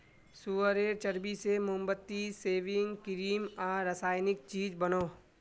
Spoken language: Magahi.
सुअरेर चर्बी से मोमबत्ती, सेविंग क्रीम आर रासायनिक चीज़ बनोह